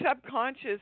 subconscious